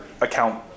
account